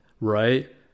right